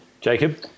Jacob